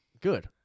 good